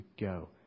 go